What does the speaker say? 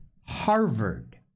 Harvard